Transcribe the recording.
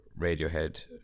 Radiohead